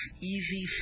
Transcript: easy